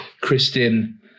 Kristen